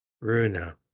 Runa